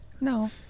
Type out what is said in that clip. No